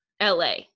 LA